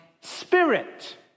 spirit